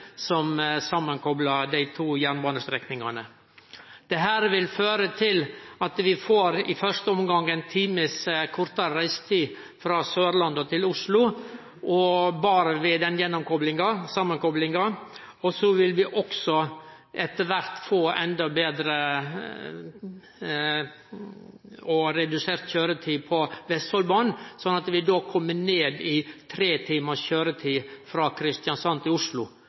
som samankoplar dei to jernbanestrekningane. Dette vil i første omgang føre til ein time kortare reisetid frå Sørlandet til Oslo. Etter kvart vil vi få redusert køyretid på Vestfoldbanen, slik at vi kjem ned i tre timars køyretid frå Kristiansand til Oslo.